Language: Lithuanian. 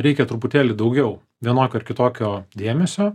reikia truputėlį daugiau vienokio ar kitokio dėmesio